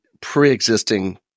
pre-existing